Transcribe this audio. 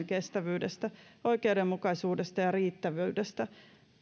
kestävyydestä oikeudenmukaisuudesta ja riittävyydestä